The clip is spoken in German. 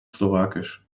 slowakisch